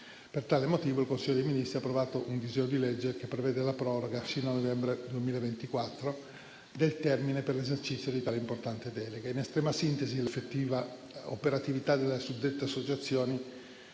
Per tale motivo il Consiglio dei ministri ha approvato un disegno di legge che prevede la proroga, sino a novembre 2024, del termine per l'esercizio di tale importante delega. In estrema sintesi, l'effettiva operatività delle suddette associazioni